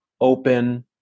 open